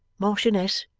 marchioness,